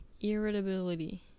Irritability